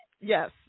Yes